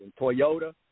Toyota